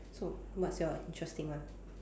so what's your interesting one